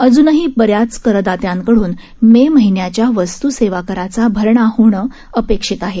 अजूनही बऱ्याच करदात्यां कडून मे महिन्याच्या वस्तू सेवा कराचा भरणा होणं अपेक्षित आहे